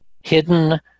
hidden